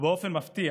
באופן מפתיע